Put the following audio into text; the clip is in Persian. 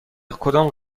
کدام